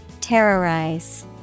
Terrorize